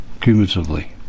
cumulatively